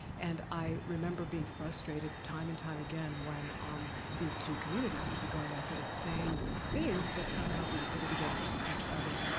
and i remember being frustrated, time and time again, when um these two communities would be going after the same things, but somehow being pitted against each other.